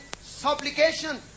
supplication